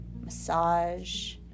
massage